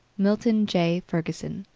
milton j. ferguson,